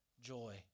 joy